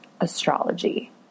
astrology